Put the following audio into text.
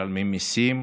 משלמים מיסים,